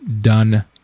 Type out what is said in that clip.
done